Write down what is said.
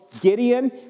Gideon